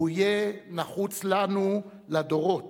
והוא יהיה נחוץ לנו לדורות.